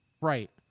right